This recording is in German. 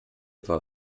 war